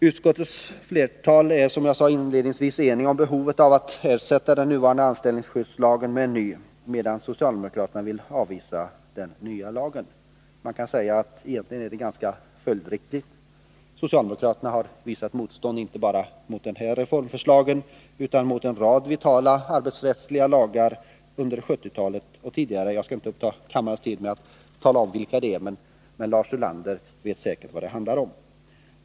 Utskottets flertal är, som jag inledningsvis sade, enigt om behovet av att ersätta den nuvarande anställningsskyddslagen med en ny, medan socialdemokraterna vill avvisa förslaget om den nya lagen. Egentligen är det följdriktigt. Socialdemokraterna har gjort motstånd inte bara mot det här reformförslaget utan mot förslagen om en rad vitala arbetsrättsliga lagar under 1970-talet. Jag skall inte uppta kammarens tid med att tala om vilka de är — Lars Ulander vet säkert vad det handlar om.